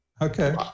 okay